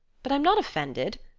but i'm not offended,